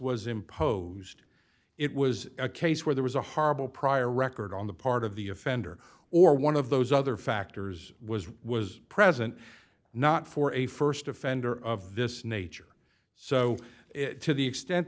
imposed it was a case where there was a horrible prior record on the part of the offender or one of those other factors was was present not for a st offender of this nature so it to the extent